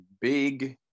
big